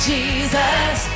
Jesus